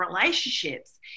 relationships